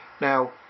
Now